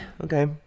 Okay